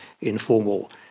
informal